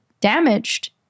damaged